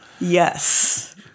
Yes